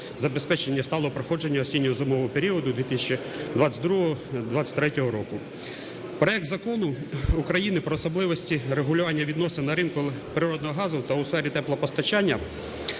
забезпечення сталого проходження осінньо-зимового періоду 2022-2023 року. Проект Закону України про особливості регулювання відносин на ринку природного газу та у сфері теплопостачання